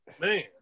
Man